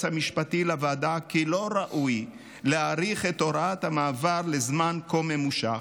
המשפטי לוועדה כי לא ראוי להאריך את הוראת המעבר זמן כה ממושך,